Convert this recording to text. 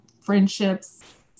friendships